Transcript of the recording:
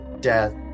death